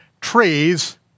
trees